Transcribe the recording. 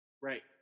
Right